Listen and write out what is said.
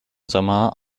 sommer